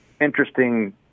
interesting